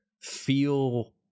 feel